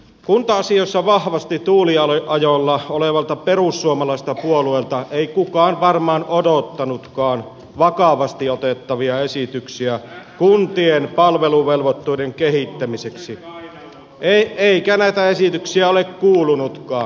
kunta asioissa vahvasti tuuliajolla olevalta perussuomalaiselta puolueelta ei kukaan varmaan odottanutkaan vakavasti otettavia esityksiä kuntien palveluvelvoitteiden kehittämiseksi eikä näitä esityksiä ole kuulunutkaan